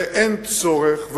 ואין צורך,